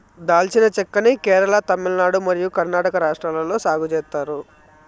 దాల్చిన చెక్క ని కేరళ, తమిళనాడు మరియు కర్ణాటక రాష్ట్రాలలో సాగు చేత్తారు